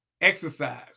Exercise